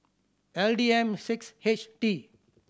L D M six H T